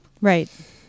Right